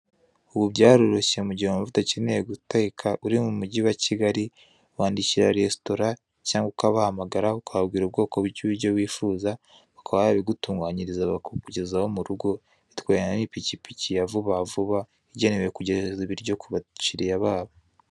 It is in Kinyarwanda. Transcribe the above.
Ubu byaroroshye mu gihe wumva udakeneye guteka uri mu mujyi wa Kigali, wandikira resitora cyangwa ukabahamagara, ukababwira ubwoko bw'ibiryo wifuza, bakaba babigutunganyiriza bakabikugezaho mu rugo, bitwarwa n'ipikipiki ya Vuba Vuba, igenewe kugeza ibiryo ku bakiriya babo.